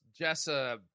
jessa